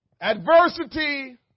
Adversity